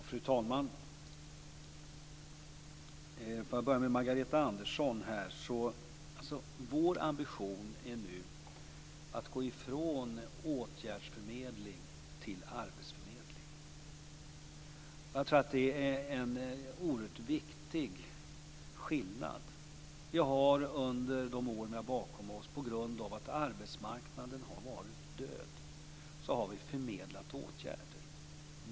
Fru talman! Jag skall börja med att vända mig till Vår ambition är att gå ifrån åtgärdsförmedling till arbetsförmedling. Jag tror att det är en oerhört viktig skillnad. Under de år som vi har bakom oss har vi på grund av att arbetsmarknaden varit död förmedlat åtgärder.